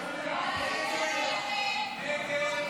הסתייגות